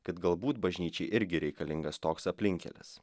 kad galbūt bažnyčiai irgi reikalingas toks aplinkkelis